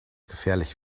gefährlich